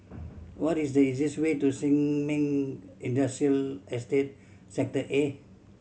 what is the easiest way to Sin Ming Industrial Estate Sector A